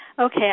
Okay